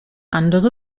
andere